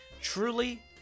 truly